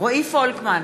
רועי פולקמן,